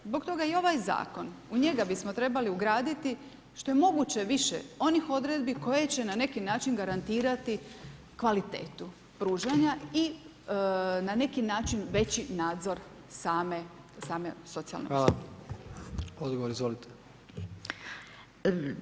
Zbog toga i ovaj zakon, u njega bismo trebali ugraditi što je moguće više onih odredbi koje će na neki način garantirati kvalitetu pružanja i na neki način veći nadzor same socijalne usluge.